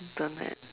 Internet